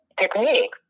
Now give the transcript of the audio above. technique